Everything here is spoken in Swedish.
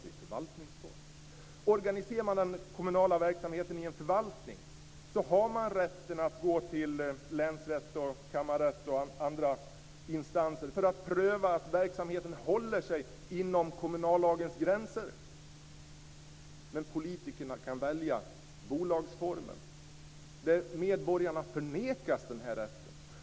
Om man organiserar den kommunala verksamheten i en förvaltning har medborgarna rätt att gå till länsrätt och kammarrätt och andra instanser för att pröva att verksamheten håller sig inom kommunallagens gränser. Men politikerna kan välja bolagsformen, där medborgarna förnekas denna rätt.